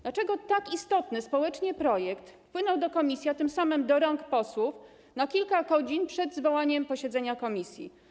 Dlaczego tak istotny społecznie projekt wpłynął do komisji, a tym samym do rąk posłów, na kilka godzin przed zwołaniem posiedzenia komisji?